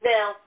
Now